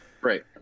Right